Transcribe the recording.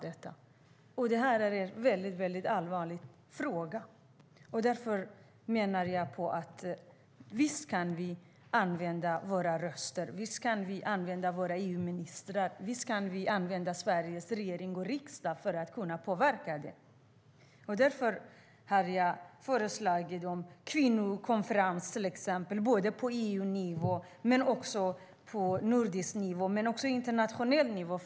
Det här är en väldigt allvarlig fråga, och jag menar att vi visst kan använda våra röster, våra EU-ministrar och Sveriges regering och riksdag för att påverka den. Därför har jag föreslagit en kvinnokonferens på EU-nivå men också på nordisk nivå och internationell nivå.